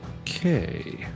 Okay